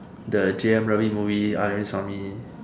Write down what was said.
the Jayam Ravi movie Arvind Swamy